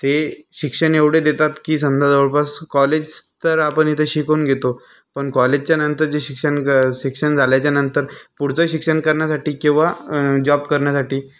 ते शिक्षण एवढं देतात की समजा जवळपास कॉलेज तर आपण इथं शिकून घेतो पण कॉलेजच्यानंतर जे शिक्षण शिक्षण झाल्याच्यानंतर पुढचं शिक्षण करण्यासाठी किंवा जॉब करण्यासाठी